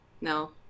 No